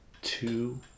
Two